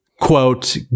Quote